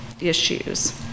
issues